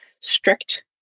strict